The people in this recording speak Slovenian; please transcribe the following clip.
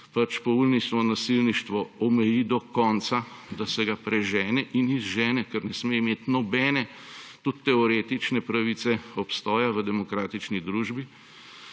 se poulično nasilništvo omeji do konca, da se ga prežene in izžene, ker ne sme imeti nobene, tudi teoretične pravice obstoja v demokratični družbi.